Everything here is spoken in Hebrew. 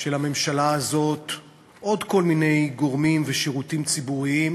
של הממשלה הזאת עוד כל מיני גורמים ושירותים ציבוריים